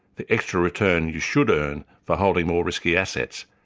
the extra return you should earn for holding more risky assets.